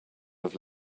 have